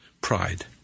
Pride